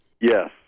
Yes